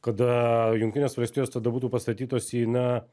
kada jungtinės valstijos tada būtų pastatytos į na